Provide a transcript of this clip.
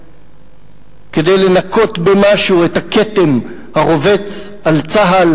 כדי לנקות במשהו את הכתם הרובץ על צה"ל